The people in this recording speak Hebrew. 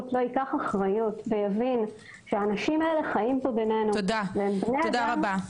לא ייקח אחריות ויבין שהם חיים בינינו- - תודה רבה.